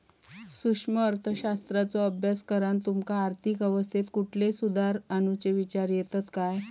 सूक्ष्म अर्थशास्त्राचो अभ्यास करान तुमका आर्थिक अवस्थेत कुठले सुधार आणुचे विचार येतत काय?